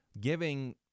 giving